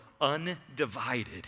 undivided